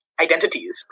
identities